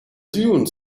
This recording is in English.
dune